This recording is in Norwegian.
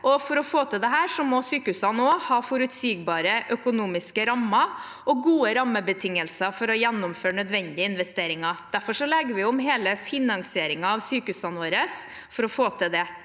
For å få til dette må sykehusene også ha forutsigbare økonomiske rammer og gode rammebetingelser for å gjennomføre nødvendige investeringer. Derfor legger vi om hele finansieringen av sykehusene våre for å få til det.